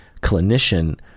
clinician